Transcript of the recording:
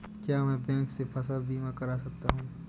क्या मैं बैंक से फसल बीमा करा सकता हूँ?